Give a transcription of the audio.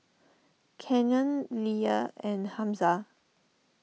Canyon Lea and Hamza